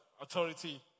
authority